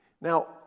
Now